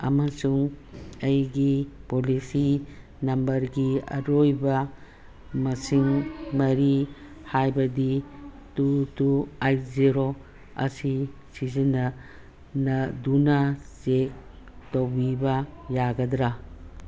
ꯑꯃꯁꯨꯡ ꯑꯩꯒꯤ ꯄꯣꯂꯤꯁꯤ ꯅꯝꯕꯔꯒꯤ ꯑꯔꯣꯏꯕ ꯃꯁꯤꯡ ꯃꯔꯤ ꯍꯥꯏꯕꯗꯤ ꯇꯨ ꯇꯨ ꯑꯩꯠ ꯖꯤꯔꯣ ꯑꯁꯤ ꯁꯤꯖꯤꯟꯅꯅꯗꯨꯅ ꯆꯦꯛ ꯇꯧꯕꯤꯕ ꯌꯥꯒꯗ꯭ꯔꯥ